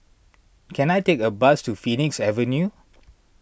can I take a bus to Phoenix Avenue